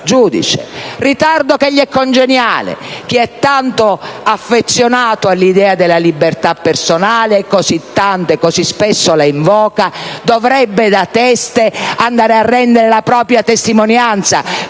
PD).*Ritardo che gli è congeniale, ma poiché è tanto affezionato all'idea della libertà personale (così tanto e così spesso la invoca) dovrebbe da teste andare a rendere la propria testimonianza,